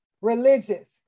religious